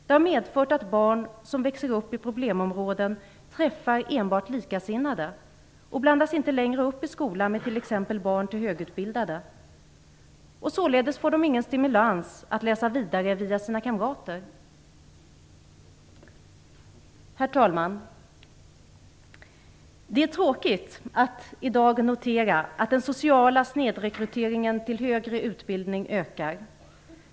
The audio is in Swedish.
Det har medfört att barn som växer upp i problemområden enbart träffar likasinnade och blandas inte längre upp i skolan med t.ex. barn till högutbildade. Således får de ingen stimulans via sina kamrater att läsa vidare. Herr talman! Det är tråkigt att i dag behöva notera att den sociala snedrekryteringen till högre utbildning ökar.